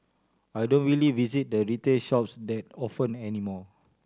I don't really visit the retail shops that often anymore